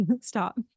Stop